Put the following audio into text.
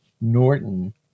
Norton